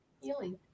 healing